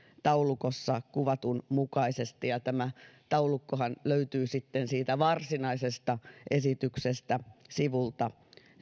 taulukossa kuvatun mukaisesti tämä taulukkohan löytyy siitä varsinaisesta esityksestä sivulta